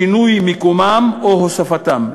שינוי מקומם או הוספתם,